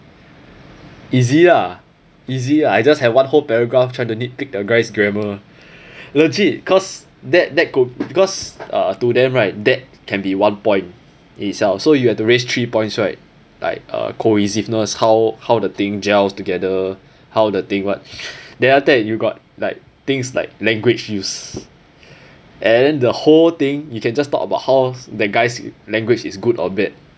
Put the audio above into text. easy ah easy ah I just have one whole paragraph trying to nitpick the guys grammar legit cause that that could cause uh to them right that can be one point itself so you have to raise three points right like uh cohesiveness how how the thing gel together how the thing what then after that you got like things like language use and then the whole thing you can just talk about how's that guy's language is good or bad